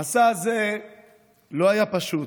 המסע הזה לא היה פשוט,